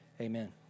amen